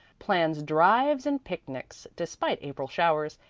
plans drives and picnics despite april showers,